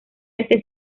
este